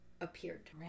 appeared